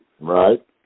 Right